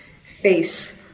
face